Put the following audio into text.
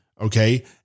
okay